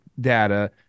data